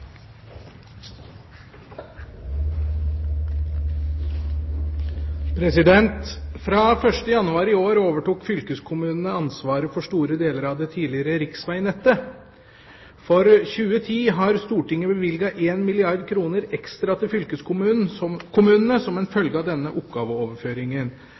januar i år overtok fylkeskommunene ansvaret for store deler av det tidligere riksvegnettet. For 2010 har Stortinget bevilget 1 milliard kr ekstra til fylkeskommunene som